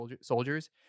soldiers